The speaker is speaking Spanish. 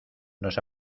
nos